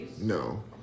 no